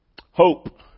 hope